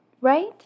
right